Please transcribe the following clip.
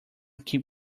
keep